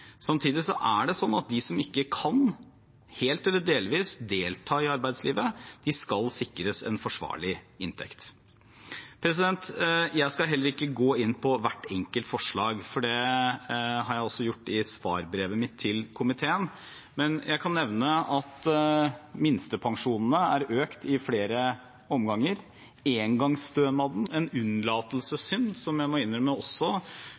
Samtidig er det slik at de som helt eller delvis ikke kan delta i arbeidslivet, skal sikres en forsvarlig inntekt. Jeg skal heller ikke gå inn på hvert enkelt forslag, for det har jeg gjort i svarbrevet mitt til komiteen, men jeg kan nevne at minstepensjonene er økt i flere omganger, og at engangsstønaden – en unnlatelsessynd jeg må innrømme